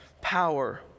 power